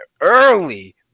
early